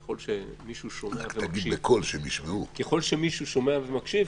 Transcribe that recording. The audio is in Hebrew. ככל שמישהו שומע ומקשיב,